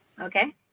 Okay